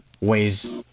weighs